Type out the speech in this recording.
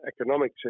economic